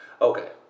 Okay